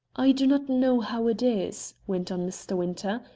i do not know how it is, went on mr. winter,